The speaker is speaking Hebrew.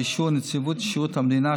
באישור נציבות שירות המדינה,